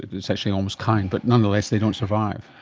it's actually almost kind, but nonetheless they don't survive.